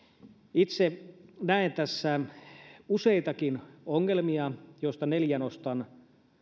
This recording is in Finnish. itse näen tässä useitakin ongelmia joista neljä nostan